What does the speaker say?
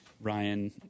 Ryan